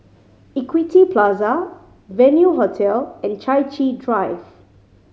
Equity Plaza Venue Hotel and Chai Chee Drive